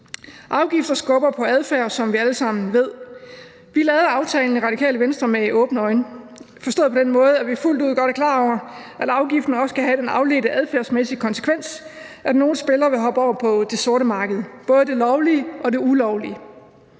Afgifter skubber på adfærd, som vi alle sammen ved. Radikale Venstre lavede aftalen med åbne øjne – forstået på den måde, at vi fuldt ud er klar over, at afgiften også kan have den afledte adfærdsmæssige konsekvens, at nogle spillere vil hoppe over på det sorte marked, altså på det ulovlige.